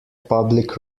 public